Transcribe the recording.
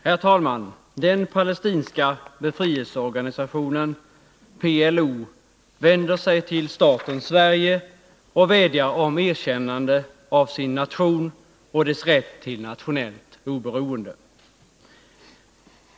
Herr talman! Den palestinska befrielseorganisationen PLO vänder sig till staten Sverige och vädjar om erkännande av sin nation och dess rätt till nationellt oberoende.